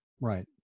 Right